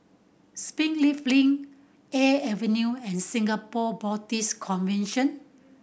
Springleaf Link Air Avenue and Singapore Baptist Convention